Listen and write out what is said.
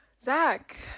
Zach